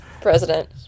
president